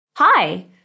Hi